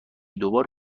دوبار